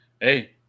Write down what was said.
Hey